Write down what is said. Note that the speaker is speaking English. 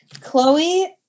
Chloe